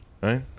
Right